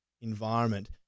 environment